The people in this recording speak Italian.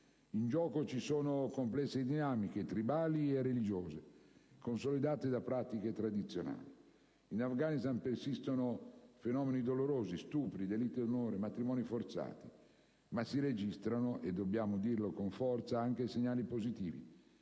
In gioco ci sono complesse dinamiche, tribali e religiose e consolidate pratiche tradizionali. In Afghanistan persistono fenomeni dolorosi: stupri, delitti d'onore, matrimoni forzati. Ma si registrano - e dobbiamo dirlo con forza - anche segnali positivi: